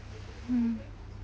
mm